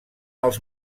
els